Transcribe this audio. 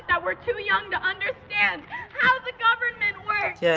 that we're too young to understand how the government works. yes,